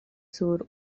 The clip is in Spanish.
sur